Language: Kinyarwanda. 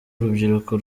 urubyiruko